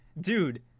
Dude